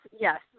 yes